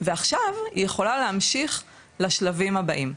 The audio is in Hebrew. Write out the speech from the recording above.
ועכשיו היא יכולה להמשיך לשלבים הבאים.